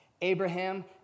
Abraham